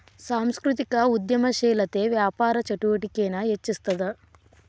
ಸಾಂಸ್ಕೃತಿಕ ಉದ್ಯಮಶೇಲತೆ ವ್ಯಾಪಾರ ಚಟುವಟಿಕೆನ ಹೆಚ್ಚಿಸ್ತದ